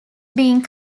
being